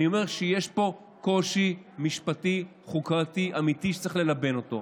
אני אומר שיש פה קושי משפטי חוקתי אמיתי שצריך ללבן אותו.